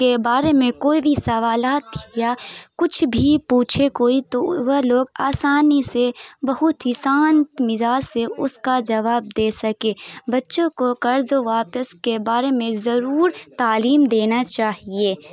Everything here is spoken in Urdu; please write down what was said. کے بارے میں کوئی بھی سوالات یا کچھ بھی پوچھے کوئی تو وہ لوگ آسانی سے بہت ہی شانت مزاج سے اس کا جواب دے سکے بچّوں کو قرض واپس کے بارے میں ضرور تعلیم دینا چاہیے